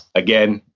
again,